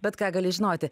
bet ką gali žinoti